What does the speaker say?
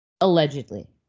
Allegedly